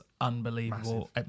unbelievable